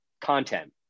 content